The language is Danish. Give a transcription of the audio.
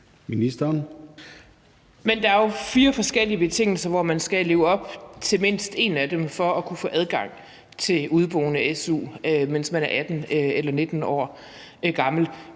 Men der er jo fire forskellige betingelser, og man skal leve op til mindst en af dem for at kunne få adgang til udeboende-su, mens man er 18 år eller 19 år gammel.